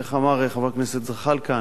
איך אמר חבר הכנסת זחאלקה?